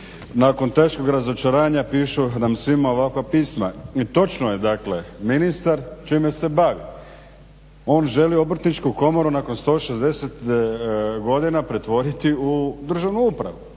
nakon teškog razočaranja pišu nam svima ovakva pisma. I točno je dakle ministar čime se bavi? On želi Obrtničku komoru nakon 160 godina pretvoriti u državnu upravu,